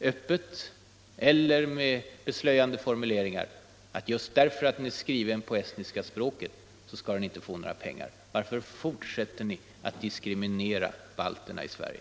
öppet eller med beslöjade formuleringar, att just därför att tidningen är skriven på estniska språket skall den inte få några pengar? Varför fortsätter ni att diskriminera balterna i Sverige?